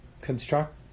construct